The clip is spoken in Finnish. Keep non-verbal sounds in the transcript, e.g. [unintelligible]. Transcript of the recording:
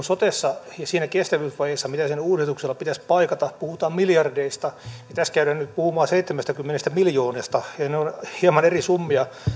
[unintelligible] sotessa ja siinä kestävyysvajeessa mitä uudistuksella pitäisi paikata puhutaan miljardeista niin tässä käydään nyt puhumaan seitsemästäkymmenestä miljoonasta ne ovat hieman eri summia